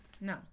no